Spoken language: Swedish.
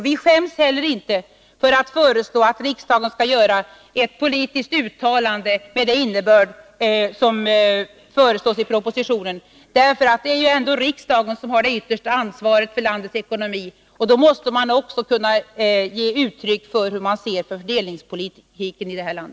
Vi skäms heller inte för att föreslå att riksdagen skall göra ett politiskt uttalande med den innebörd som föreslås i propositionen. Det är ju ändå riksdagen som har det yttersta ansvaret för landets ekonomi. Då måste den också kunna ge uttryck för hur den ser på fördelningspolitiken i vårt land.